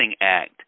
act